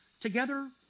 together